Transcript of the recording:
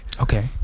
okay